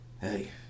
hey